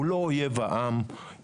הוא לא אויב העם,